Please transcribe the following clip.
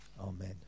Amen